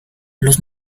los